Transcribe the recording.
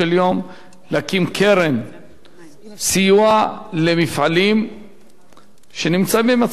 להקים קרן סיוע למפעלים שנמצאים במצב קשה,